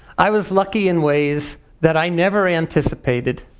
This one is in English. i was lucky in ways that i never anticipated,